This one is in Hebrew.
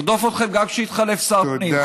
הוא ירדוף אתכם גם כשיתחלף שר הפנים.